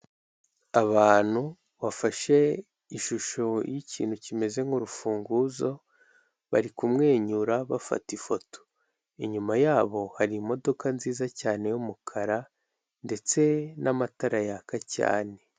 Abantu wafashe ishusho y'ikintu kimeze nk'urufunguzo bari kumwenyura bafata ifoto inyuma yabo hari imodoka nziza cyane y'umukara ndetse n'amatara yaka cyane.